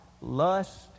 Lust